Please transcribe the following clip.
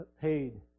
paid